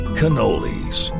cannolis